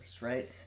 right